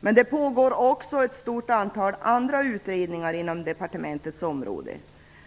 Men det pågår också ett stort antal andra utredningar inom departementets område.